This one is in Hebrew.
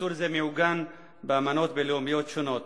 איסור זה מעוגן באמנות בין-לאומיות שונות.